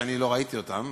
אני לא ראיתי אותם,